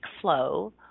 flow